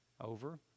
over